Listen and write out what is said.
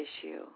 issue